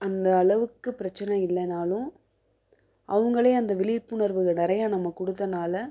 அந்த அளவுக்கு பிரச்சனை இல்லைனாலும் அவங்களே அந்த விழிப்புணர்வுகள் நிறையா நம்ம குடுத்ததுனால